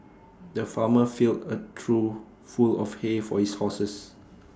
the farmer filled A trough full of hay for his horses